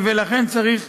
צריך,